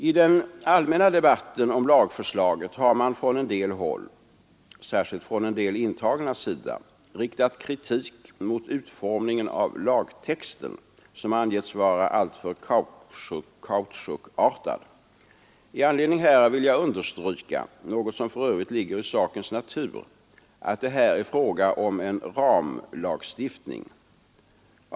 I den allmänna debatten om lagförslaget har man från en del håll — särskilt från en del intagnas sida — riktat kritik mot utformningen av lagtexten, som angetts vara alltför ”kautschukartad”. I anledning därav vill jag understryka — något som för övrigt ligger i sakens natur — att det här är fråga om en ramlagstiftning.